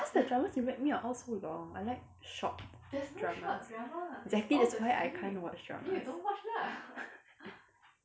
cause the dramas you me are all so long I like short dramas exactly that's why I can't watch dramas